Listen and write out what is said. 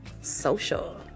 Social